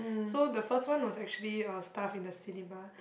so the first one was actually a staff in a cinema